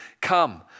Come